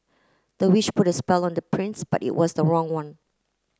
the witch put a spell on the prince but it was the wrong one